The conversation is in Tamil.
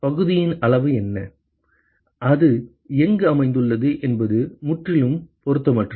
பகுதியின் அளவு என்ன அது எங்கு அமைந்துள்ளது என்பது முற்றிலும் பொருத்தமற்றது